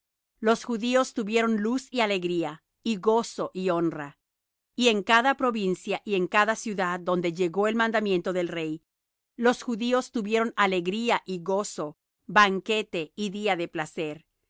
los judíos tuvieron luz y alegría y gozo y honra y en cada provincia y en cada ciudad donde llegó el mandamiento del rey los judíos tuvieron alegría y gozo banquete y día de placer